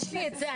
יש לי את זה.